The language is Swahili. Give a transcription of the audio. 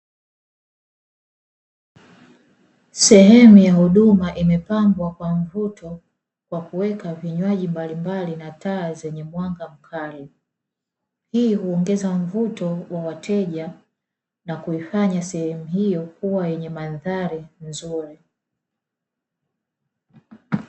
Sehemu ya huduma imepambwa kwa mvuto, kwa kuwekwa vinywaji mbalimbali na taa zenye mwanga mkali. Hii huongeza mvuto wa wateja na kuifanya sehemu hiyo kuwa yenye mandhari nzuri.